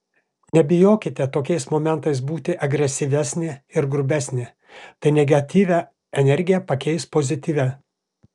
nebijokite tokiais momentais būti agresyvesnė ir grubesnė tai negatyvią energiją pakeis pozityvia